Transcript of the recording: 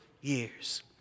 years